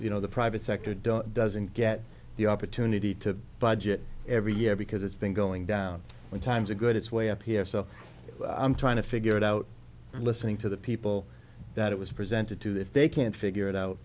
you know the private sector don't doesn't get the opportunity to budget every year because it's been going down when times are good it's way up here so i'm trying to figure it out and listening to the people that it was presented to if they can't figure it out